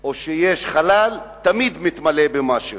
או שיש חלל, תמיד מתמלא במשהו,